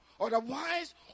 Otherwise